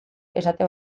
esate